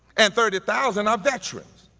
and thirty thousand are veterans.